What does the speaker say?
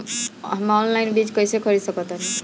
हम ऑनलाइन बीज कईसे खरीद सकतानी?